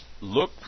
Look